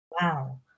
Wow